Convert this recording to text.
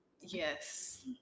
Yes